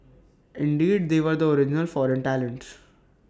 indeed they were the original foreign talents